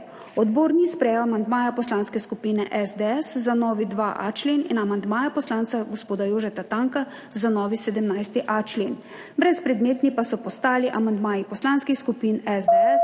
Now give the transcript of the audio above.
Odbor ni sprejel amandmaja Poslanske skupine SDS za novi 2.a člen in amandmaja poslanca gospoda Jožeta Tanka za novi 17.a člen. Brezpredmetni pa so postali amandmaji poslanskih skupin SDS